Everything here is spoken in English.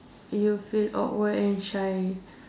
you feel awkward and shy